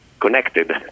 connected